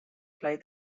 played